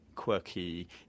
quirky